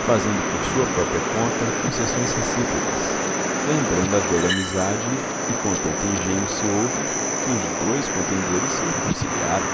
fazendo por sua própria conta concessões recíprocas lembrando a velha amizade e com tanto engenho se houve que os dois contendores se reconciliaram